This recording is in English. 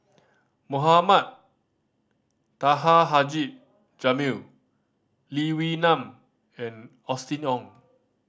Mohamed Taha Haji Jamil Lee Wee Nam and Austen Ong